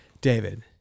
David